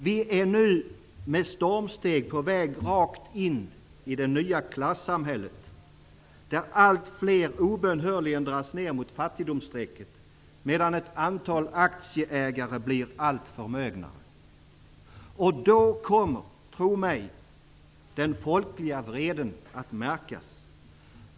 Vi är nu med stormsteg på väg in i det nya klassamhället, där allt fler obönhörligen dras ner mot fattigdomsstrecket, medan ett antal aktieägare blir alltmer förmögna. Då kommer, tro mig, den folkliga vreden att märkas.